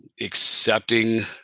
Accepting